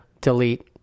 delete